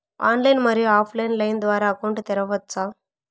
Online, మరియు offline line ద్వారా account తెరవచ్చా?